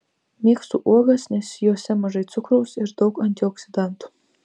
mėgstu uogas nes jose mažai cukraus ir daug antioksidantų